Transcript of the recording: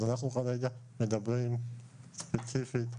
אנחנו כרגע מדברים ספציפית,